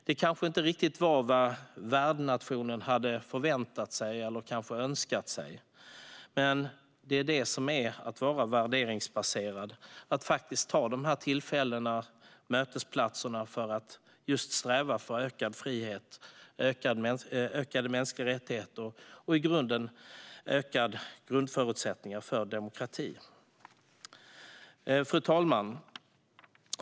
Det var kanske inte riktigt vad värdnationen hade förväntat eller önskat sig, men det är detta det innebär att vara värderingsbaserad: att faktiskt använda dessa tillfällen och mötesplatser till att sträva mot ökad frihet, ökade mänskliga rättigheter och i grunden ökade förutsättningar för demokrati. Fru talman!